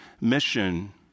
mission